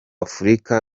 afurika